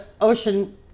ocean